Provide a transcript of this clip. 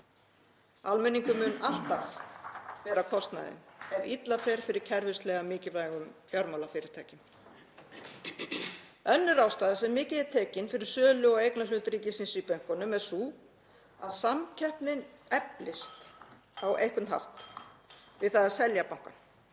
Almenningur mun alltaf bera kostnaðinn ef illa fer fyrir kerfislega mikilvægum fjármálafyrirtækjum. Önnur ástæða sem mikið er tekin fyrir sölu á eignarhlut ríkisins í bönkunum er sú að samkeppnin eflist á einhvern hátt við það að selja bankana.